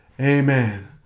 Amen